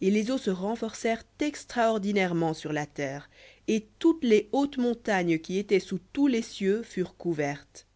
et les eaux se renforcèrent extraordinairement sur la terre et toutes les hautes montagnes qui étaient sous tous les cieux furent couvertes